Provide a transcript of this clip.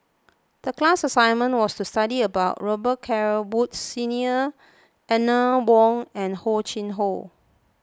the class assignment was to study about Robet Carr Woods Senior Eleanor Wong and Hor Chim or